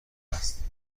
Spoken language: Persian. است